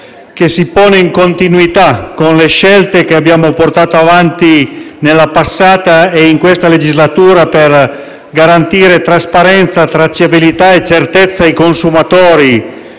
perché si pone in continuità con le scelte che abbiamo portato avanti nella passata e nell'attuale legislatura per garantire trasparenza, tracciabilità e certezza ai consumatori